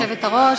כבוד היושבת-ראש,